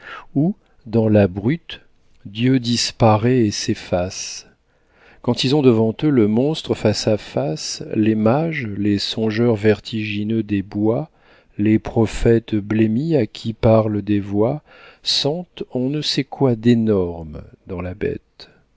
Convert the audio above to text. où dans la brute dieu disparaît et s'efface quand ils ont devant eux le monstre face à face les mages les songeurs vertigineux des bois les prophètes blêmis à qui parlent des voix sentent on ne sait quoi d'énorme dans la bête